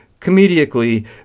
comedically